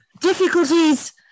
difficulties